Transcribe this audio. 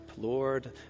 Lord